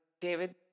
David